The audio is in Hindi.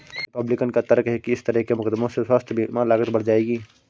रिपब्लिकन का तर्क है कि इस तरह के मुकदमों से स्वास्थ्य बीमा लागत बढ़ जाएगी